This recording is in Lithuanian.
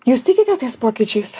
jūs tikite tais pokyčiais